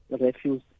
refuse